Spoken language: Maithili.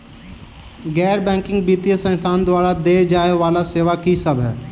गैर बैंकिंग वित्तीय संस्थान द्वारा देय जाए वला सेवा की सब है?